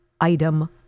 item